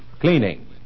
cleaning